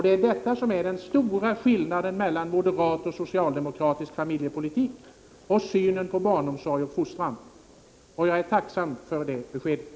Det är detta som är den stora skillnaden mellan moderat och socialdemokratisk familjepolitik och vår syn på barnomsorg och fostran. Jag är tacksam för beskedet.